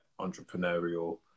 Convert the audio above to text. entrepreneurial